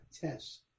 tests